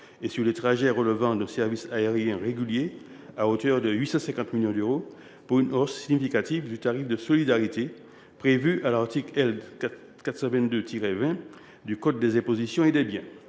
et sur les trajets relevant d’un service aérien régulier – à hauteur de 850 millions d’euros – et passera par une hausse significative du tarif de solidarité prévu à l’article L. 422 20 du code des impositions sur les biens